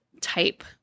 type